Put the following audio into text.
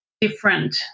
different